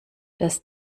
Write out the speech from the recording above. das